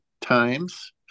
times